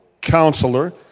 Counselor